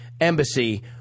embassy